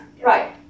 Right